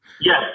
Yes